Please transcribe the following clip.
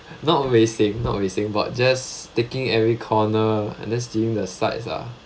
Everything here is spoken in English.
not racing not racing but just taking every corner and then seeing the sights lah